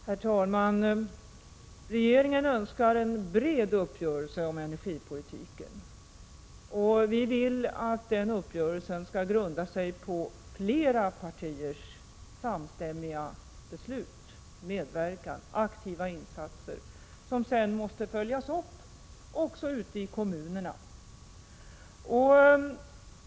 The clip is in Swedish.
Herr talman! Regeringen önskar en bred uppgörelse om energipolitiken. Vi vill att den uppgörelsen skall grunda sig på flera partiers samstämmiga beslut och på deras medverkan och aktiva insatser, som sedan måste följas upp ute i kommunerna.